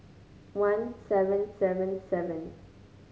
one seven seven seven